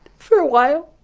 for a while